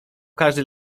każdy